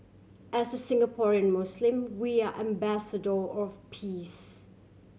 as Singaporean Muslim we are ambassador of peace